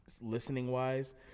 listening-wise